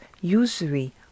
usury